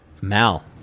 Mal